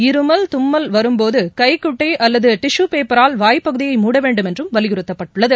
இருமல் தும்பல் வரும்போது கைகுட்டை அல்லது டிஷு பேப்பரால் வாய் பகுதியை மூட வேண்டும் என்றும் வலியுறுத்தப்பட்டுள்ளது